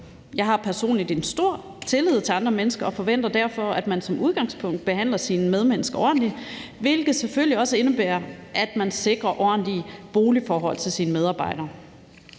Jeg har personligt en stor tillid til andre mennesker og forventer derfor, at man som udgangspunkt behandler sine medmennesker ordentligt, hvilket selvfølgelig også indebærer, at man sikrer ordentlige boligforhold til sine medarbejdere.